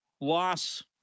loss